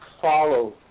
follow